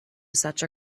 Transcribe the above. such